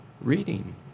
reading